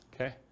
Okay